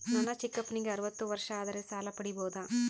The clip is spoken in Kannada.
ನನ್ನ ಚಿಕ್ಕಪ್ಪನಿಗೆ ಅರವತ್ತು ವರ್ಷ ಆದರೆ ಸಾಲ ಪಡಿಬೋದ?